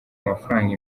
amafaranga